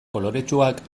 koloretsuak